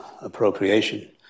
appropriation